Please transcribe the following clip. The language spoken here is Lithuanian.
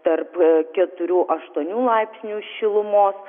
tarp keturių aštuonių laipsnių šilumos